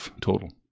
total